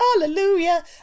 hallelujah